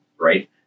right